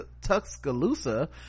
Tuscaloosa